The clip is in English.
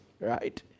right